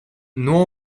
non